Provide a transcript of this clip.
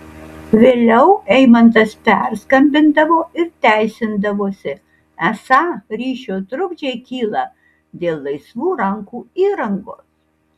vėliau eimantas perskambindavo ir teisindavosi esą ryšio trukdžiai kyla dėl laisvų rankų įrangos